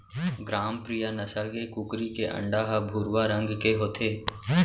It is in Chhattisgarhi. ग्रामप्रिया नसल के कुकरी के अंडा ह भुरवा रंग के होथे